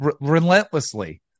relentlessly